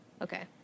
Okay